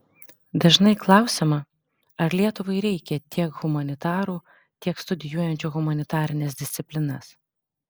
dažnai klausiama ar lietuvai reikia tiek humanitarų tiek studijuojančių humanitarines disciplinas